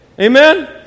Amen